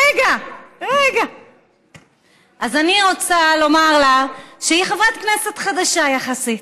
אז אני רוצה לומר לה, שהיא חברת כנסת חדשה יחסית,